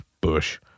bush